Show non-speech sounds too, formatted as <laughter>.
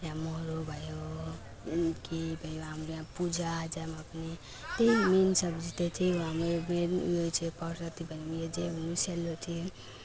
या मरौ भयो के भयो हाम्रो यहाँ पूजाआजामा पनि त्यही मेन सब्जी त त्यही हो हाम्रो उयो मेन उयो चाहिँ पर्साती भनेको यो चाहिँ <unintelligible> सेलरोटी